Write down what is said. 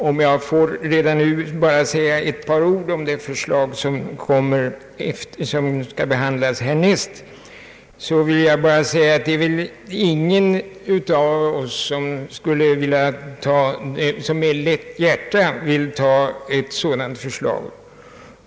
Om jag redan nu får säga ett par ord om det förslag som skall behandlas härnäst, vill jag bara framhålla att det inte är någon av oss som med lätt hjärta vill godkänna ett sådant förslag.